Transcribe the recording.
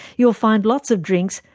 you'll find lots of drinks,